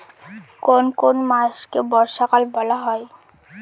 কোন কোন মাসকে বর্ষাকাল বলা হয়?